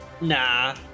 nah